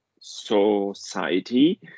society